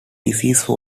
disease